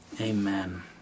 Amen